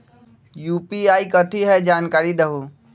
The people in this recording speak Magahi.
यू.पी.आई कथी है? जानकारी दहु